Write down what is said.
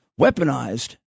weaponized